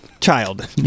child